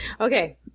Okay